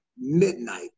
midnight